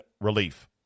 relief